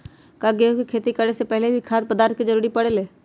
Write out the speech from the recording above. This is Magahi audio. का गेहूं के खेती करे से पहले भी खाद्य पदार्थ के जरूरी परे ले?